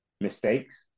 mistakes